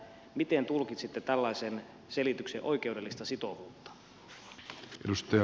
miten tulkitsitte tällaisen selityksen oikeudellista sitovuutta